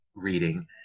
reading